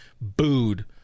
booed